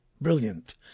Brilliant